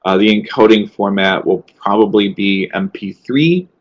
ah the encoding format will probably be m p three.